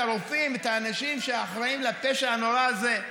הרופאים ואת האנשים שאחראים לפשע הנורא הזה,